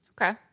Okay